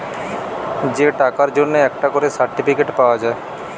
যে টাকার জন্যে একটা করে সার্টিফিকেট পাওয়া যায়